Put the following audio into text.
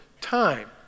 time